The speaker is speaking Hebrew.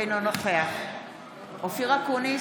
אינו נוכח אופיר אקוניס,